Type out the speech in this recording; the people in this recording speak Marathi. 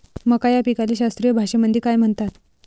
मका या पिकाले शास्त्रीय भाषेमंदी काय म्हणतात?